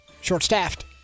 short-staffed